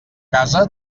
casa